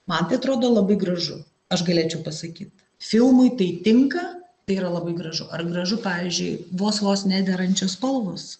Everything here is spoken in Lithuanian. man tai atrodo labai gražu aš galėčiau pasakyt filmui tai tinka tai yra labai gražu ar gražu pavyzdžiui vos vos nederančios spalvos